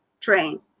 train